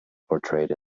portrayed